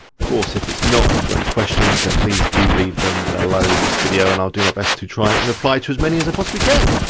of course if it's not, if you've got any questions then and please do leave them below this video and i'll do my best to try and reply to as many as i possibly can.